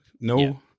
no